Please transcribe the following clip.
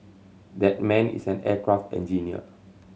that man is an aircraft engineer